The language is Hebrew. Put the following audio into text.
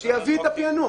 שבתוספת?